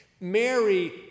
Mary